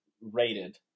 rated